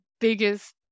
biggest